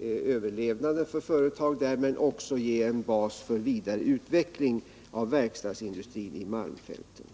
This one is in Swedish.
överlevnaden för företag där men också ge en bas för vidare utveckling av verkstadsindustrin i malmfälten.